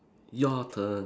your turn